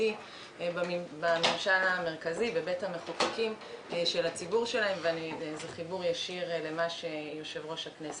של מגזר שלם בבית המחוקקים וזה חיבור ישיר לדברי יושב-ראש הכנסת.